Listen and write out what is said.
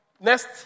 Next